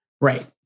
Right